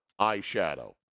eyeshadow